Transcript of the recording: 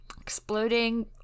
exploding